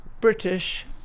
British